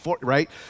right